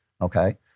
Okay